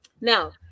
Now